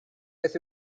beth